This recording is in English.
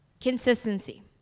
consistency